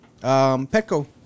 Petco